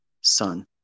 son